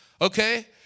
Okay